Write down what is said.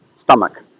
stomach